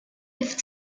lift